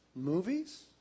Movies